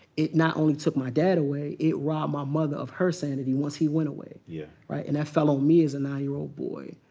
it not only took my dad away, it robbed my mother of her sanity once he went away, yeah right? and on me as a nine-year-old boy.